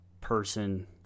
person